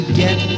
get